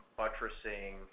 buttressing